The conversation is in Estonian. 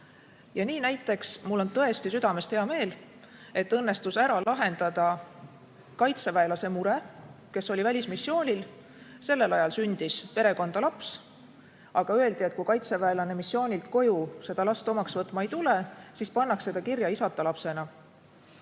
Nii näiteks mul on tõesti südamest hea meel, et õnnestus ära lahendada kaitseväelase mure, kes oli välismissioonil. Sellel ajal sündis perekonda laps, aga öeldi, et kui kaitseväelane missioonilt koju seda last omaks võtma ei tule, siis pannakse ta kirja isata lapsena.